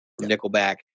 Nickelback